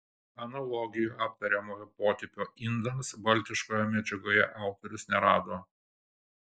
analogijų aptariamojo potipio indams baltiškoje medžiagoje autorius nerado